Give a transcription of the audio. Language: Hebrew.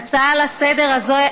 ההצעה הזאת